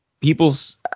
people's